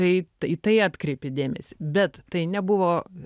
tai tai tai atkreipi dėmesį bet tai nebuvo